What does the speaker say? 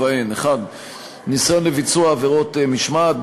ובהן: 1. ניסיון לביצוע עבירות משמעת,